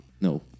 No